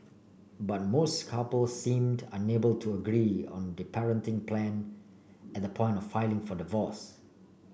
but most couple seemed unable to agree on the parenting plan at the point of filing for divorce